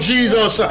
Jesus